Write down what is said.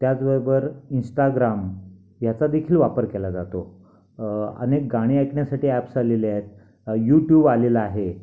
त्याचबरोबर इन्स्टाग्राम याचा देखील वापर केला जातो अनेक गाणी ऐकण्यासाठी ॲप्स आलेले आहेत यूट्युब आलेलं आहे